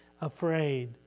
afraid